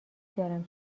دارم